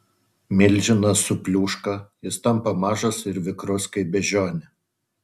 milžinas supliūška jis tampa mažas ir vikrus kaip beždžionė